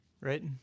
Right